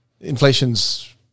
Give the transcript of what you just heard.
inflation's